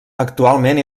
actualment